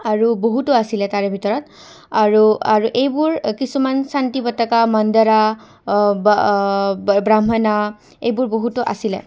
আৰু বহুতো আছিলে তাৰে ভিতৰত আৰু আৰু এইবোৰ কিছুমান শান্তি বাটকা মন্দডাৰা ব্ৰাহ্মণা এইবোৰ বহুতো আছিলে